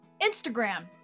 Instagram